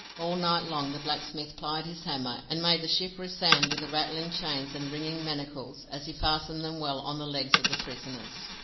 all night long the blacksmith plied his hammer and made the ship resound with the rattling chains and ringing manacles, as he fastened them well on the legs of the prisoners.